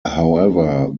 however